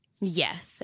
Yes